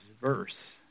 verse